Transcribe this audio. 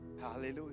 Hallelujah